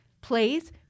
please